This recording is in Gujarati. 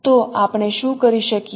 તો આપણે શું કરી શકીએ